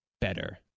Better